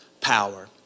power